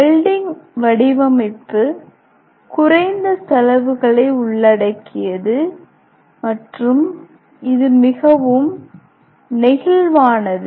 welding வடிவமைப்பு குறைந்த செலவுகளை உள்ளடக்கியது மற்றும் இது மிகவும் நெகிழ்வானது